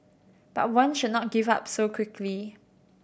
but one should not give up so quickly